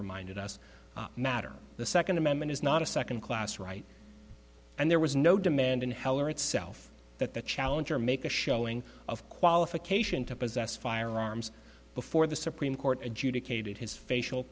reminded us mattern the second amendment is not a second class right and there was no demand in heller itself that the challenger make a showing of qualification to possess firearms before the supreme court adjudicated his facial